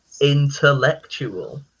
Intellectual